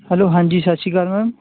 hello ਹਾਂਜੀ ਸਤਿ ਸ਼੍ਰੀ ਅਕਾਲ ਮੈਮ